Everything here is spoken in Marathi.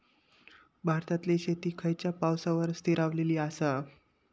भारतातले शेती खयच्या पावसावर स्थिरावलेली आसा?